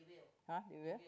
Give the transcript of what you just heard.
!huh! you will